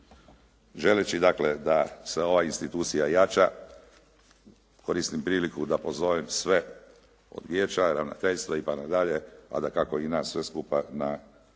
dakle da se ova institucija jača, koristim priliku da pozovem sve od vijeća, ravnateljstva pa na dalje, a dakako i nas sve skupa na